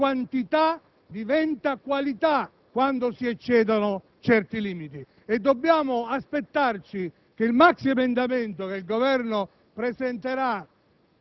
fatto mai avvenuto nella storia del nostro Parlamento. Abbiamo assistito - lo riconosco - a una degenerazione nella presentazione di testi legislativi,